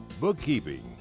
bookkeeping